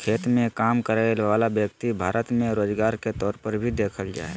खेत मे काम करय वला व्यक्ति भारत मे रोजगार के तौर पर भी देखल जा हय